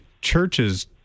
churches